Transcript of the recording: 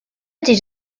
ydy